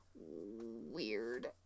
weird